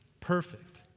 perfect